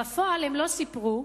בפועל הם לא סיפרו,